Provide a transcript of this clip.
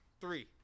Three